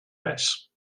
res